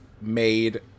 made